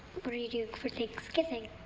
what are you doing for thanksgiving?